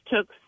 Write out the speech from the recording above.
took